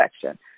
section